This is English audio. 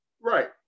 Right